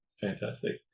fantastic